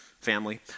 family